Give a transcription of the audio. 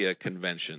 convention